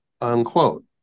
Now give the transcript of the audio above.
unquote